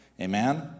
amen